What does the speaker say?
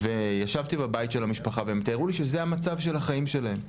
וישבתי בבית של המשפחה והם תיארו לי שזה המצב של החיים שלהם.